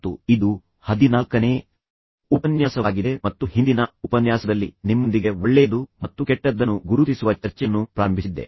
ಮತ್ತು ನಂತರ ಇದು ಹದಿನಾಲ್ಕನೇ ಸಂಖ್ಯೆಯ ಉಪನ್ಯಾಸವಾಗಿದೆ ಮತ್ತು ಹಿಂದಿನ ಉಪನ್ಯಾಸದಲ್ಲಿ ನಾನು ನಿಮ್ಮೊಂದಿಗೆ ಅಭ್ಯಾಸಗಳ ಬಗ್ಗೆ ಮಾತನಾಡಿದ್ದೆ ಮತ್ತು ನಂತರ ನಾನು ಒಳ್ಳೆಯದು ಮತ್ತು ಕೆಟ್ಟದ್ದನ್ನು ಗುರುತಿಸುವ ಚರ್ಚೆಯನ್ನು ಪ್ರಾರಂಭಿಸಿದ್ದೆ